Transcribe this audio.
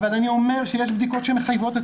אבל אני אומר שיש בדיקות שמחייבות את